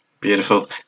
Beautiful